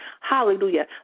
Hallelujah